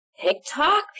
TikTok